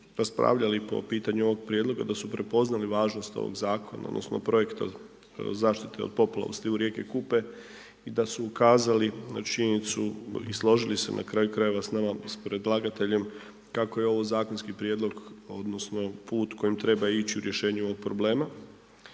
raspravljali po pitanju ovog prijedloga da su prepoznali važnost ovog zakona odnosno projekta zaštite od poplava u slivu rijeke Kupe i da su ukazali na činjenicu i složili se na kraju krajeva s nama, s predlagateljem kako je ovo zakonski prijedlog odnosno put kojim treba ići u rješenje ovog problema.